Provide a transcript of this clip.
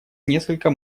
несколько